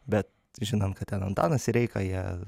bet žinant kad ten antanas sireika jie